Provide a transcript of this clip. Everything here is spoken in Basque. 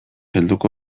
helduko